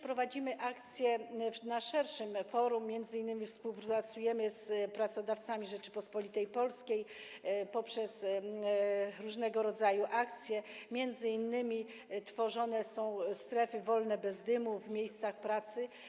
Prowadzimy również akcję na szerszym forum, m.in. współpracujemy z Pracodawcami Rzeczypospolitej Polskiej poprzez różnego rodzaju akcje, m.in. tworzone są strefy wolne bez dymu w miejscach pracy.